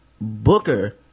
Booker